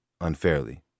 unfairly